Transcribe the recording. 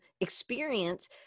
experience